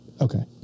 Okay